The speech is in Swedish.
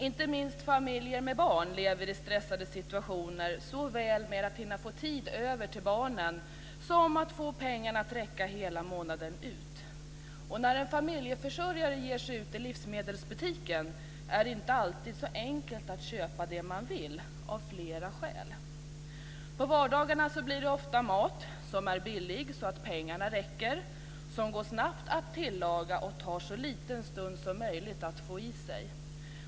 Inte minst familjer med barn lever i stressade situationer, såväl med att hinna få tid över till barnen som med att få pengarna att räcka hela månaden ut. För en familjeförsörjare som ger sig ut i livsmedelsbutiken är det av flera skäl inte alltid så enkelt att köpa det som han eller hon vill ha. På vardagarna blir det ofta mat som är billig, så att pengarna räcker, som går snabbt att tillaga och som tar så liten stund som möjligt att få i sig.